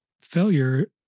failure